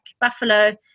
buffalo